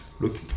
look